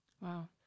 Wow